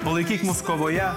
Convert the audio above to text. palaikyk mus kovoje